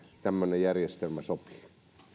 tämmöinen järjestelmä sopii